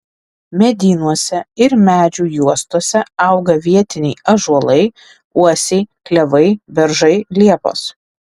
medynuose ir medžių juostose auga vietiniai ąžuolai uosiai klevai beržai liepos